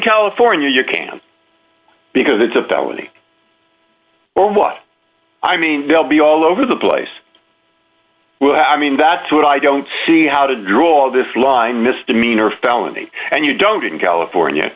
california you can because it's a felony i mean they'll be all over the place i mean that's what i don't see how to draw this line misdemeanor felony and you don't get in california